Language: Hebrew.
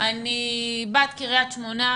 אני בת קריית שמונה,